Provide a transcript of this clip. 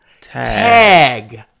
Tag